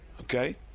Okay